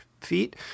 feet